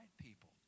people